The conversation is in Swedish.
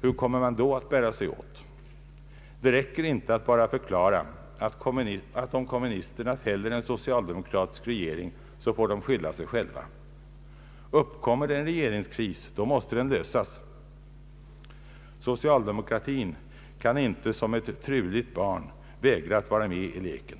hur kommer man då att bära sig åt? Det räcker inte att bara förklara, att om kommunisterna fäller en socialdemokratisk regering, så får de skylla sig själva. Uppkommer det en regeringskris så måste den lösas. Socialdemokratin kan inte som ett truligt barn vägra att vara med i leken.